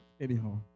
anyhow